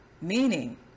meaning